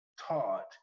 taught